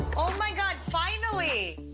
oh my god, finally!